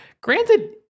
Granted